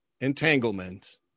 entanglement